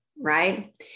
right